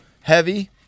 heavy